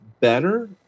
better